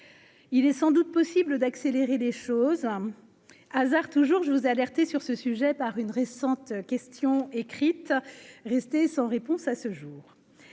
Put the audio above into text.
il est sans doute possible d'accélérer les choses, hasard toujours je vous ai alerté sur ce sujet par une récente question écrite restée sans réponse à ce jour,